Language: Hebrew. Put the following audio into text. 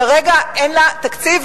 כרגע אין לה תקציב,